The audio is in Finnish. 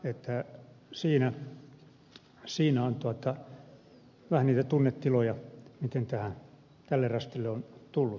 tässä oli vähän niitä tunnetiloja miten tälle rastille on tultu